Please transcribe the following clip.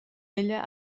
ella